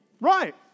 Right